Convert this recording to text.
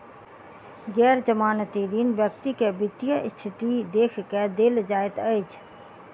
गैर जमानती ऋण व्यक्ति के वित्तीय स्थिति देख के देल जाइत अछि